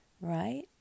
right